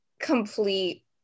complete